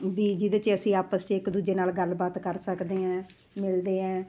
ਵੀ ਜਿਹਦੇ 'ਚ ਅਸੀਂ ਆਪਸ 'ਚ ਇੱਕ ਦੂਜੇ ਨਾਲ ਗੱਲਬਾਤ ਕਰ ਸਕਦੇ ਹੈ ਮਿਲਦੇ ਹੈ